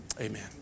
amen